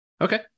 Okay